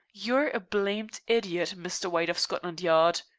you are a blamed idiot, mr. white of scotland yard.